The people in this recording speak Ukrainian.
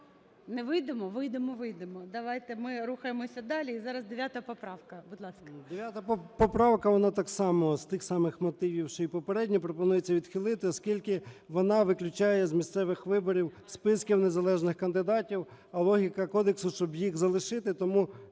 Не вийдемо? Вийдемо-вийдемо, давайте, ми рухаємося далі. І зараз 9 поправка, будь ласка. 16:20:23 ЧЕРНЕНКО О.М. 9 поправка, вона так само, з тих самих мотивів, що й попередня: пропонується відхилити, оскільки вона виключає з місцевих виборів списки незалежних кандидатів, а логіка кодексу – щоб їх залишити. Тому